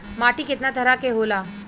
माटी केतना तरह के होला?